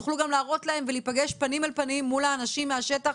תוכלו להראות להם ולהיפגש פנים אל פנים מול האנשים מהשטח,